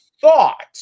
thought